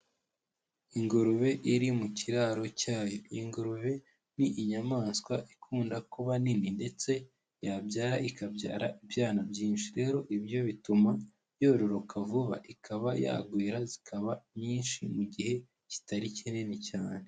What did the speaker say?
Ingurube iri mu kiraro cyayo, ingurube ni inyamaswa ikunda kuba nini ndetse yabyara ikabyara ibyana byinshi, rero ibyo bituma yororoka vuba ikaba yagwira zikaba nyinshi mu gihe kitari kinini cyane.